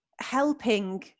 helping